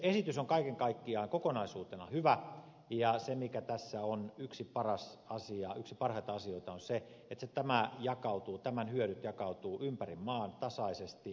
esitys on kaiken kaikkiaan kokonaisuutena hyvä ja se mikä tässä on yksi parhaita asioita on se että tämän hyödyt jakautuvat ympäri maan tasaisesti ja markkinaehtoisesti